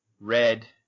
red